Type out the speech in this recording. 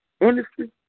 industry